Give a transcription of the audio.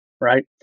right